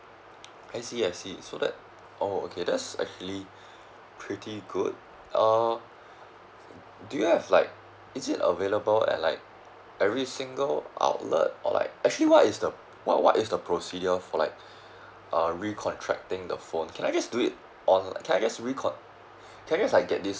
I see I see so that oh okay that's actually pretty good uh do you have like is it available at like every single outlet or like actually what is the what what is the procedure for like uh recontracting the phone can I just do it onl~ can I just recon~ can I just like get this